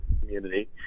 community